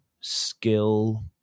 skill